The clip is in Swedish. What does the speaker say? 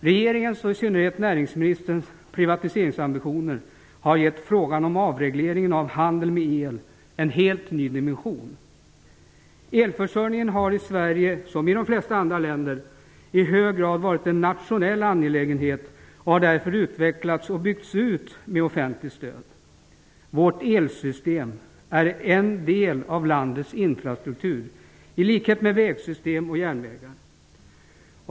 Regeringens, och i synnerhet näringsminsterns, privatiseringsambitioner har gett frågan om avregleringen av handeln med el en helt ny dimension. Elförsörjningen har i Sverige, som i de flesta andra länder, i hög grad varit en nationell angelägenhet och har därför utvecklats och byggts ut med offentligt stöd. Vårt elsystem är en del av landets infrastruktur i likhet med vägsystem och järnvägar.